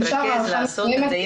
צריך להתרכז ולעשות את זה.